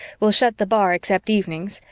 we'll shut the bar except evenings,